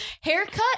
Haircut